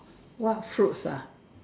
what fruits ah